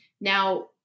Now